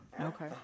Okay